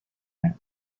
man